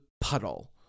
puddle